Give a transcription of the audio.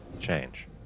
change